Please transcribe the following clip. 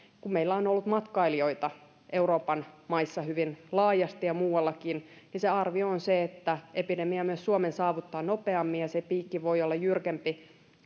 kun meillä on ollut matkailijoita euroopan maissa hyvin laajasti ja muuallakin niin se arvio on se että epidemia myös suomen saavuttaa nopeammin ja se piikki voi olla jyrkempi